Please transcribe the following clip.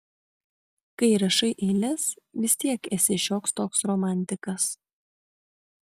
kai rašai eiles vis tiek esi šioks toks romantikas